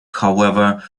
however